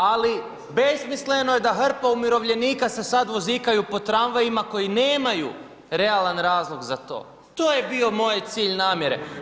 Ali besmisleno je da hrpa umirovljenika se sada vozikaju po tramvajima koji nemaju realan razlog za to, to je bio moj cilj namjere.